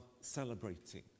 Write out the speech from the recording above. celebrating